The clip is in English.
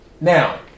Now